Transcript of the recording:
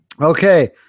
Okay